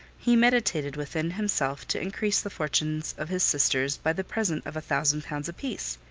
he meditated within himself to increase the fortunes of his sisters by the present of a thousand pounds a-piece.